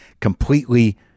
completely